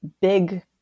big